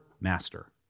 master